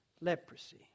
leprosy